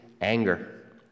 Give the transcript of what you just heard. anger